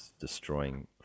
destroying